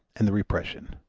and the repression.